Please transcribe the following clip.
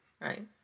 right